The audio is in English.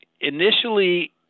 initially